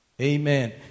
Amen